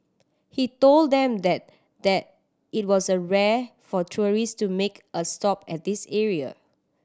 he told them that that it was a rare for tourist to make a stop at this area